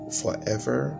forever